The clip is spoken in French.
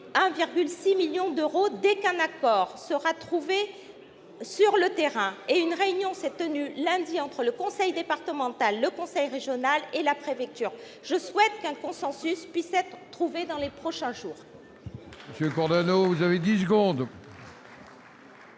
1,6 million d'euros dès qu'un accord aura été trouvé sur le terrain. Une réunion s'est tenue lundi dernier entre le conseil départemental, le conseil régional et la préfecture : je souhaite qu'un consensus puisse se dégager dans les prochains jours.